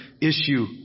issue